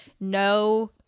no